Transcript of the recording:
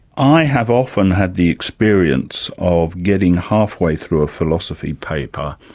i have often had the experience of getting halfway through a philosophy paper,